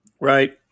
Right